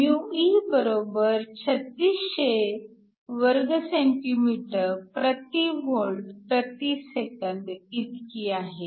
μe 3600 cm2 V sec इतकी आहे